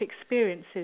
experiences